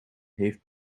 heeft